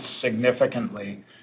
significantly